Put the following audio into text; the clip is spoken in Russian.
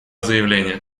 заявление